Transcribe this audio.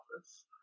office